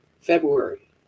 February